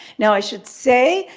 now i should say,